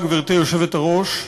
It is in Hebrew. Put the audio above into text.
גברתי היושבת-ראש,